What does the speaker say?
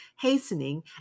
hastening